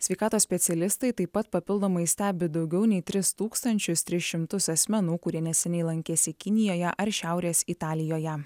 sveikatos specialistai taip pat papildomai stebi daugiau nei tris tūkstančius tris šimtus asmenų kurie neseniai lankėsi kinijoje ar šiaurės italijoje